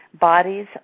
Bodies